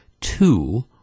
two